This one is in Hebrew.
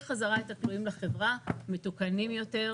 חזרה את הכלואים לחברה מתוקנים יותר,